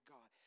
God